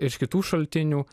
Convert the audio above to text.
iš kitų šaltinių